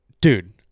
dude